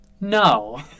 No